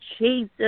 Jesus